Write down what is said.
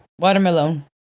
Watermelon